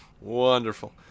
Wonderful